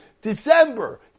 December